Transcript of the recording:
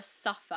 suffer